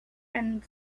and